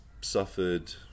suffered